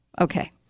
Okay